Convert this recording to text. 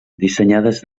dissenyades